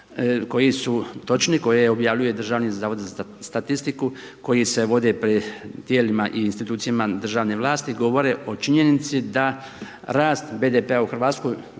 koji su točni koji objavljuju Državni zavod za statistiku, koji se vode pred tijelima i institucijama državne vlasti, govore o činjenici da rast BDP-a u Hrvatskoj